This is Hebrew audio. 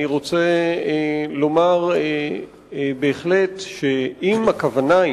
אני רוצה לומר שאם הכוונה,